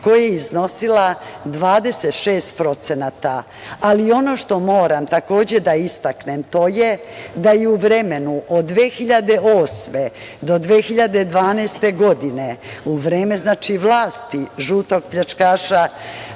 koja je iznosila 26%, ali ono što moram takođe da istaknem, to je da je u vremenu od 2008. do 2012. godine, u vreme vlasti žutog pljačkaša